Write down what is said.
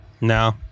No